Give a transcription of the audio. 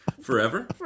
Forever